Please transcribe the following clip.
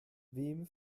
wem